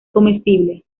comestible